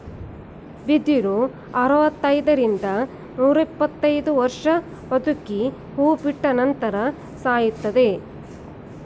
ಬಿದಿರು ಅರವೃತೈದರಿಂದ ರಿಂದ ನೂರಿಪ್ಪತ್ತು ವರ್ಷ ಬದುಕಿ ಹೂ ಬಿಟ್ಟ ನಂತರ ಸಾಯುತ್ತದೆ